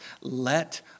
let